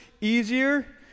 easier